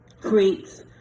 creates